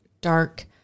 dark